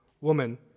woman